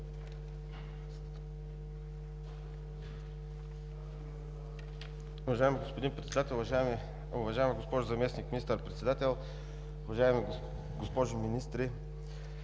Уважаеми господин Председател, уважаема госпожо Заместник министър-председател, уважаеми госпожи министри!